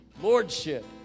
lordship